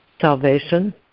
Salvation